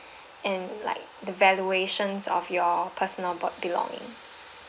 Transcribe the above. and like the valuations of your personal bel~ belonging